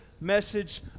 message